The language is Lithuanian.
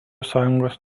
sąjungos